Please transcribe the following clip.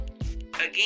again